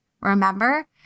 remember